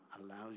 allows